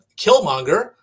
Killmonger